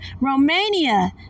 Romania